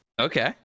Okay